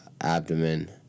abdomen